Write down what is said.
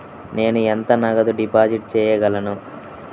నేను ఎంత నగదు డిపాజిట్ చేయగలను?